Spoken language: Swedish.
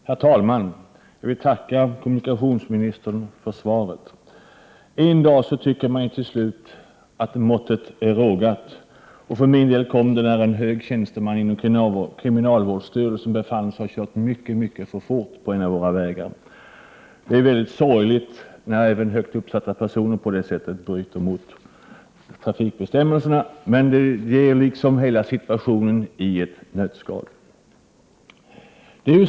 Herr talman! Jag vill tacka kommunikationsministern för svaret. En dag tycker man till slut att måttet är rågat. För min del kom den dagen då en hög tjänsteman inom kriminalvårdsstyrelsen befanns ha kört mycket, mycket för fort på en av våra vägar. Det är mycket sorgligt när även högt uppsatta personer på det sättet bryter mot trafikbestämmelserna, men det ger liksom hela situationen i ett nötskal.